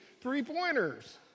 three-pointers